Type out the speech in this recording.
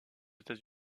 états